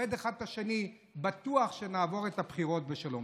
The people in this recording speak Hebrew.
נכבד אחד את השני ובטוח שנעבור את הבחירות בשלום.